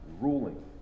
ruling